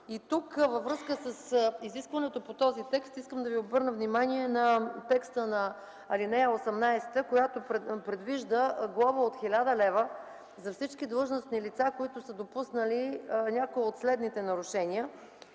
урна. Във връзка с изискването по този текст искам да ви обърна внимание на текста на ал. 18, която предвижда глоба от 1000 лв. за всички длъжностни лица, които са допуснали някои от следните нарушения.